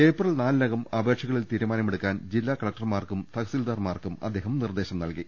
April നാലിനകം അപേക്ഷകളിൽ തീരുമാ നമെടുക്കാൻ ജില്ലാ കലക്ടർമാർക്കും തഹസിൽദാർമാർക്കും അദ്ദേഹം നിർദേശം നൽകി